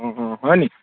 অঁ অঁ হয় নেকি